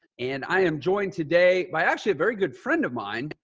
and i am joined today by actually a very good friend of mine.